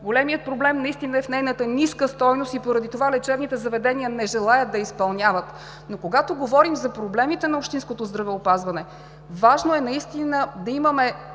Големият проблем е в нейната ниска стойност и поради това лечебните заведения не желаят да я изпълняват. Но когато говорим за проблемите на общинското здравеопазване, важно е да имаме